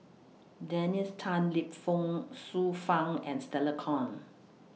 Dennis Tan Lip Fong Xiu Fang and Stella Kon